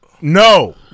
No